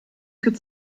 could